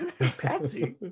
Patsy